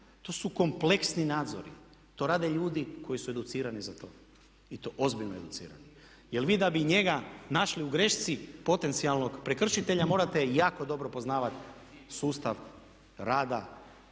To su kompleksni nadzori, to rade ljudi koji su educirani za to i to ozbiljno educirani. Jer vi da bi njega našli u grešci potencijalnog prekršitelja morate jako dobro poznavati sustav rada